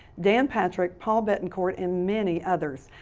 dan patrick, paul bettencourt and many others.